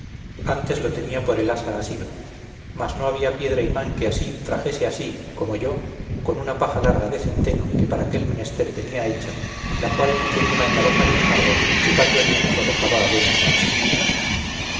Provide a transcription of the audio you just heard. antes lo tenía por el asa asido mas no había piedra imán que así trajese a sí como yo con una paja larga de centeno que para aquel menester tenía hecha la cual metiéndola en la boca del jarro chupando el vino lo dejaba a buenas noches